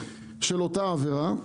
אותה עבירה,